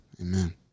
amen